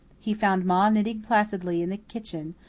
he found ma knitting placidly in the kitchen,